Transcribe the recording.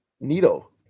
Needle